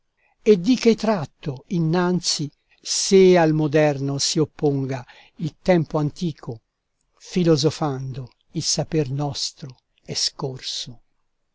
e di che tratto innanzi se al moderno si opponga il tempo antico filosofando il saper nostro è scorso